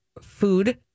food